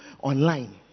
online